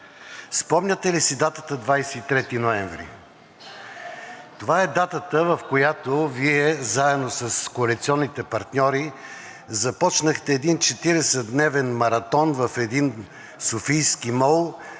Спомняте ли си датата 23 ноември? Това е датата, в която Вие заедно с коалиционните партньори започнахте един 40-дневен маратон в един софийски мол,